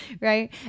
Right